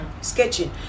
Sketching